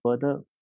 further